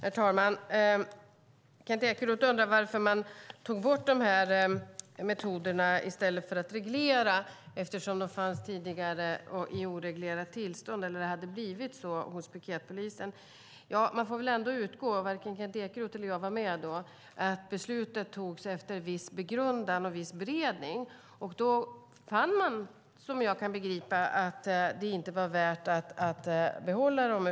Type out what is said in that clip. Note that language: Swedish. Herr talman! Kent Ekeroth undrar varför man tog bort metoderna i stället för att reglera eftersom de fanns tidigare i oreglerat tillstånd, eller att det blivit så hos piketpolisen. Varken Kent Ekeroth eller jag var med då. Man får ändå utgå från att beslutet fattades efter viss begrundan och viss beredning. Då fann man, som jag kan begripa, att det inte var värt att behålla dem.